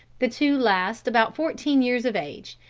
the two last about fourteen years of age,